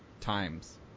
times